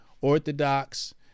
Orthodox